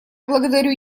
благодарю